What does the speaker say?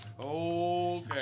Okay